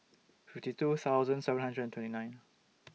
fifty two thousand seven hundred and twenty nine